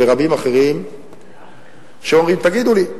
ורבים אחרים שאומרים: תגידו לי,